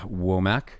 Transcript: Womack